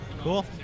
Cool